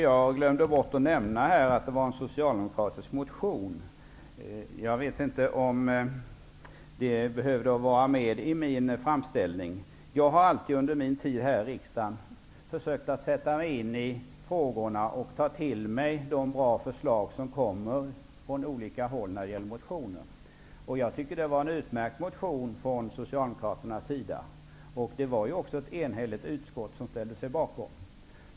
Jag glömde kanske att nämna att det rörde sig om en socialdemokratisk motion. Jag vet inte om det behövde vara med i min framställning. Jag har alltid under min tid här i riksdagen försökt att sätta mig in i frågorna och ta till mig de bra förslag som kommer i motioner från olika håll. Jag tycker att det var en utmärkt motion från socialdemokraternas sida. Det var också ett enhälligt utskott som ställde sig bakom.